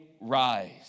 rise